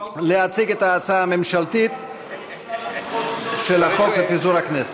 להציג את הצעת החוק הממשלתית לפיזור הכנסת.